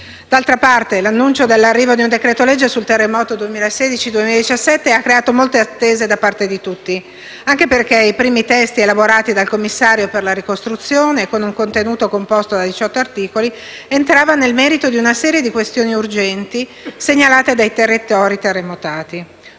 D'altra parte, l'annuncio dell'arrivo di un decreto-legge sul terremoto 2016-2017 ha creato molte attese da parte di tutti, anche perché i primi testi elaborati dal Commissario per la ricostruzione, con un contenuto composto da 18 articoli, entrava nel merito di una serie di questioni urgenti segnalate dai territori terremotati.